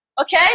Okay